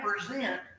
represent